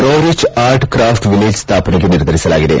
Roerich art crafts village ಸ್ಥಾಪನೆಗೆ ನಿರ್ಧರಿಸಲಾಗಿದೆ